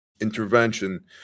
intervention